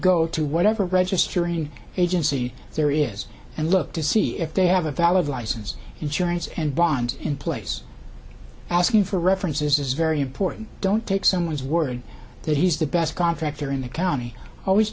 go to whatever registering agency there is and look to see if they have a valid license insurance and bond in place asking for references is very important don't take someone's word that he's the best contractor in the county always